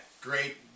great